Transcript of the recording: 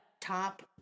top